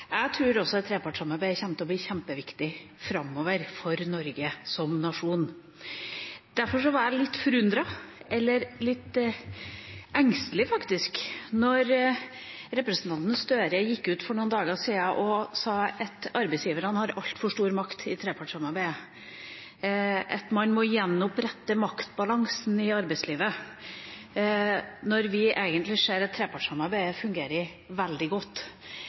Jeg tror også at trepartssamarbeidet kommer til å bli kjempeviktig framover for Norge som nasjon. Derfor var jeg litt forundret, eller faktisk litt engstelig, da representanten Gahr Støre gikk ut for noen dager siden og sa at arbeidsgiverne har altfor stor makt i trepartssamarbeidet, at man må gjenopprette maktbalansen i arbeidslivet, når vi egentlig ser at trepartssamarbeidet fungerer veldig godt.